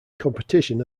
competition